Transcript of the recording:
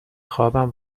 خوابم